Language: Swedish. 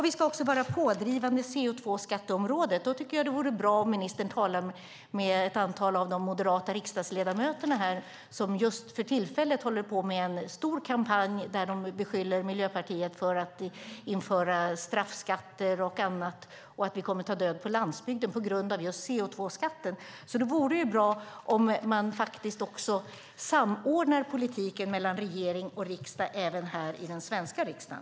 Vi ska också vara pådrivande på CO2-skatteområdet. Då vore det bra om ministern kunde tala med de moderata riksdagsledamöter som driver en stor kampanj där de beskyller Miljöpartiet för att införa straffskatter och att annat och att vi kommer att ta död på landsbygden på grund av CO2-skatten. Det vore alltså bra om man samordnar politiken mellan regering och riksdag även här i Sverige.